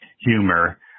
humor